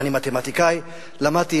"אני מתמטיקאי"; למדתי,